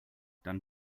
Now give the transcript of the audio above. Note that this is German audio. dann